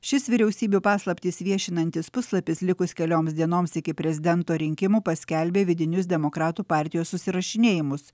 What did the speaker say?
šis vyriausybių paslaptis viešinantis puslapis likus kelioms dienoms iki prezidento rinkimų paskelbė vidinius demokratų partijos susirašinėjimus